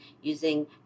using